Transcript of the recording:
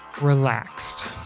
relaxed